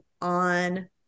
on